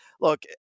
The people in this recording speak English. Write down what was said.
Look